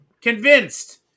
Convinced